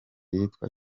yitwa